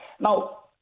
Now